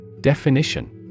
Definition